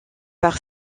par